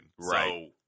Right